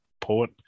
poet